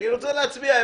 אני רוצה להצביע.